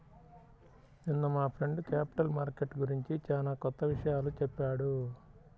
నిన్న మా friend capital market గురించి చానా కొత్త విషయాలు చెప్పాడు